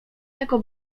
jako